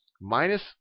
minus